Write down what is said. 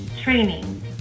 training